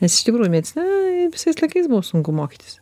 nes iš tikrųjų mediciną visais laikais buvo sunku mokytis